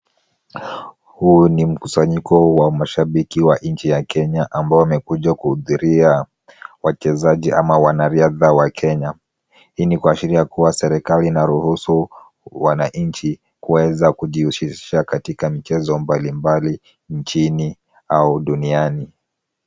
Huu ni mkusanyiko wa mashabiki wa nchi ya Kenya ambao wamekuja kuhudhuria wachezaji ama wanariadha wa Kenya. Hii ni kuashiria kuwa serikali inaruhusu wananchi kuweza kujihusisha katika michezo mbalimbali nchini au duniani.